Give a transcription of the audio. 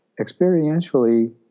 experientially